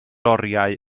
oriau